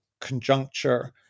conjuncture